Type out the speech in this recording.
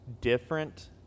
different